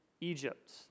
Egypt